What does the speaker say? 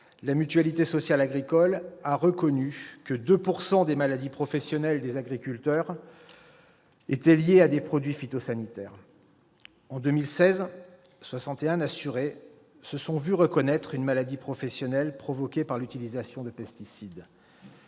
la mutualité sociale agricole ont reconnu que 2 % des maladies professionnelles des agriculteurs étaient liées à des produits phytosanitaires. En 2016, 61 assurés se sont vu reconnaître une maladie professionnelle provoquée par l'utilisation de pesticides